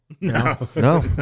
No